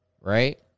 right